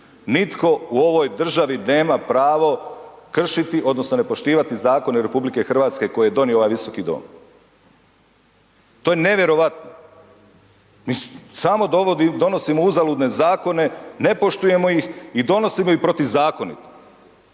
Nitko u ovoj državi nema pravo kršiti odnosno ne poštivati zakone RH koje je donio ovaj Visoki dom. To je nevjerojatno. Mi sami donosimo uzaludne zakone, ne poštujemo ih i donosimo ih protuzakonito.